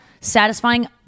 satisfying